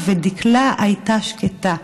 ודקלה הייתה שקטה.